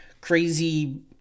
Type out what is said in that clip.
crazy